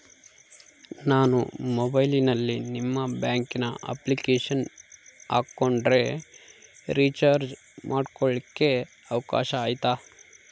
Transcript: ನಾನು ಮೊಬೈಲಿನಲ್ಲಿ ನಿಮ್ಮ ಬ್ಯಾಂಕಿನ ಅಪ್ಲಿಕೇಶನ್ ಹಾಕೊಂಡ್ರೆ ರೇಚಾರ್ಜ್ ಮಾಡ್ಕೊಳಿಕ್ಕೇ ಅವಕಾಶ ಐತಾ?